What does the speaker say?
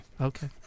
Okay